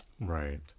Right